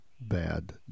bad